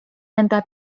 nende